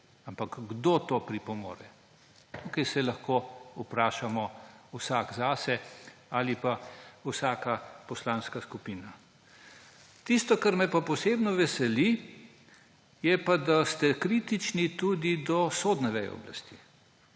ampak kdo k temu pripomore? Tukaj se lahko vprašamo vsak zase ali pa vsaka poslanska skupina. Tisto, kar me pa posebno veseli, je, da ste kritični tudi do sodne veje oblasti.